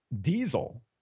Diesel